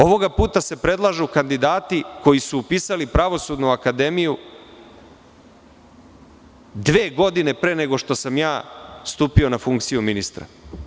Ovog puta se predlažu kandidati koji su upisali Pravosudnu akademiju dve godine pre nego što sam stupio na funkciju ministra.